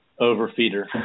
overfeeder